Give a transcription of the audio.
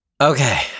Okay